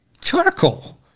charcoal